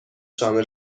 شامل